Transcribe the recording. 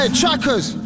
trackers